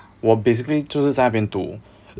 我 basically 就是在那边读